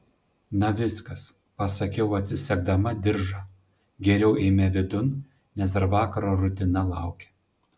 na viskas pasakiau atsisegdama diržą geriau eime vidun nes dar vakaro rutina laukia